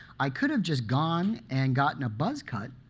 i could have just gone and gotten a buzz cut